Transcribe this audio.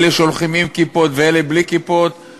אלה שהולכים עם כיפות ואלה בלי כיפות,